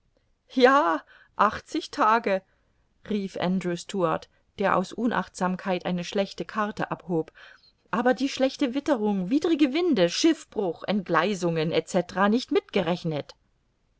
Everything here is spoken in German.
ja achtzig tage rief andrew stuart der aus unachtsamkeit eine schlechte karte abhob aber die schlechte witterung widrige winde schiffbruch entgleisungen etc nicht gerechnet